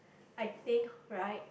I think right